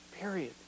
period